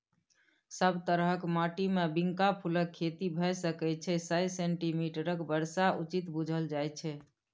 सब तरहक माटिमे बिंका फुलक खेती भए सकै छै सय सेंटीमीटरक बर्षा उचित बुझल जाइ छै